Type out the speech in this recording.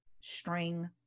string